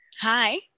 hi